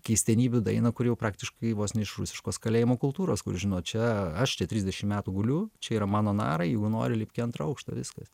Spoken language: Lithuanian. keistenybių dainą kuri jau praktiškai vos ne iš rusiškos kalėjimo kultūros kur žinot čia aš trisdešimt metų guliu čia yra mano narai jeigu nori lipk į antrą aukštą viskas